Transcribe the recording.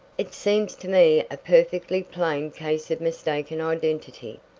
it seems to me a perfectly plain case of mistaken identity,